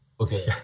okay